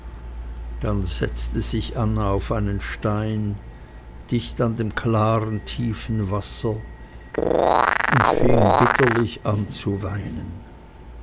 dann setzte sich anna auf einen stein dicht an dem klaren tiefen wasser und fing bitterlich an zu weinen